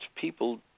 People